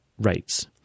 rates